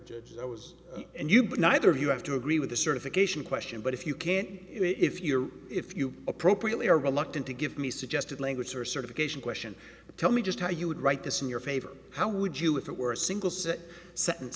read and you but neither of you have to agree with the certification question but if you can't if you're if you appropriately are reluctant to give me suggested language or certification question tell me just how you would write this in your favor how would you if it were a single set se